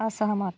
असहमत